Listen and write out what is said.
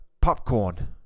popcorn